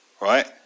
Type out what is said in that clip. right